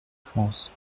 france